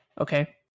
okay